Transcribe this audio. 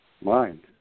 mind